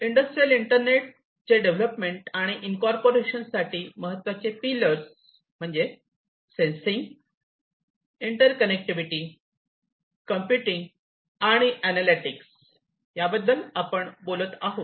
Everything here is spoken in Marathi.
इंडस्ट्रियल इंटरनेटचे डेव्हलपमेंट आणि ईनकॉर्पोरेशन साठी महत्त्वाचे पिलर्स म्हणजे सेंसिंग इंटरकनेक्टिविटी कॉम्प्युटिंग आणि अॅनालॅटिक्स आपण याबद्दल बोलत आहोत